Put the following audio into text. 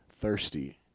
thirsty